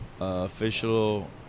Official